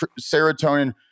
serotonin